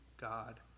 God